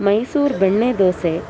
मैसूर् बेण्णे दोसे